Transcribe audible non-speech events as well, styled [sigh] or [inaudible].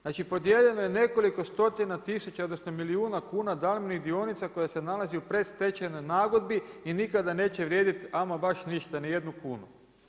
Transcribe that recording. Znači podijeljeno je nekoliko stotina tisuća, odnosno milijuna kuna … [unintelligible] dionica koja se nalazi u predstečajnoj nagodbi i nikada neće vrijediti ama baš ništa, ni jednu kunu.